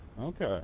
Okay